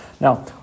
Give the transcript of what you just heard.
Now